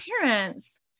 parents